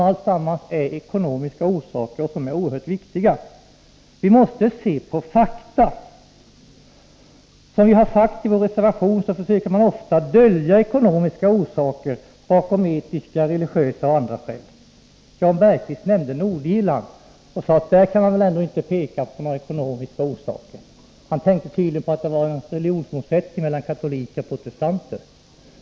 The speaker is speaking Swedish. Allt detta är ekonomiska och oerhört viktiga orsaker. Vi måste se på fakta. Som vi har sagt i vår reservation söker man ofta dölja ekonomiska orsaker bakom etiska, religiösa och andra skäl. Jan Bergqvist nämnde Nordirland och sade att där kan man väl ändå inte peka på några ekonomiska orsaker. Han tänkte tydligen på religionsmotsättningarna mellan katoliker och protestanter.